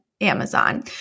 Amazon